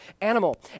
animal